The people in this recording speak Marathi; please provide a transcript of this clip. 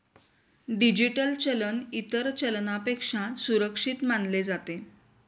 डिजिटल चलन इतर चलनापेक्षा सुरक्षित मानले जाते